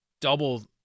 double